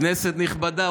כנסת נכבדה,